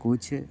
कुछ